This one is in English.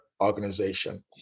organization